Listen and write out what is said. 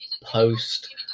post